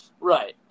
right